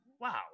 wow